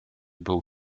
był